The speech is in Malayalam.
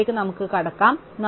നന്ദി